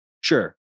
Sure